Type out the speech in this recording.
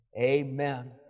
amen